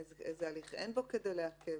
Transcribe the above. איזה הליך אין בו כדי לעכב.